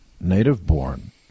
native-born